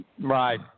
Right